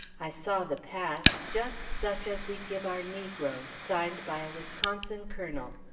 i saw the pass, just such as we give our negroes, signed by a wisconsin colonel.